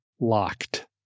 locked